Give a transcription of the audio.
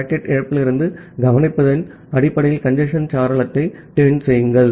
packet இழப்பிலிருந்து கவனிப்பதன் அடிப்படையில் கஞ்சேஸ்ன் சாளரத்தை டியூன் செய்யுங்கள்